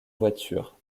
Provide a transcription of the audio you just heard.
voiture